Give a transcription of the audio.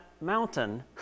mountain